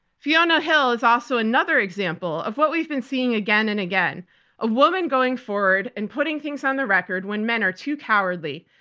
fiona hill is also another example of what we've been seeing again and again a woman going forward and putting things on the record when men are too cowardly,